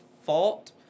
fault